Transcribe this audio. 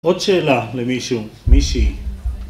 עוד שאלה למישהו, מישהי